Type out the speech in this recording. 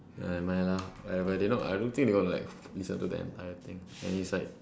eh never mind lah whatever they not I don't think they're gonna like listen to the entire thing and it's like